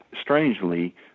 strangely